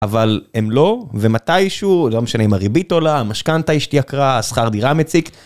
אבל הם לא, ומתישהו, לא משנה אם הריבית עולה, המשכנתה התייקרה, השכר דירה מציק.